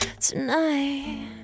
tonight